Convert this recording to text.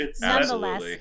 Nonetheless